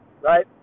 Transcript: right